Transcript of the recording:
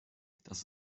das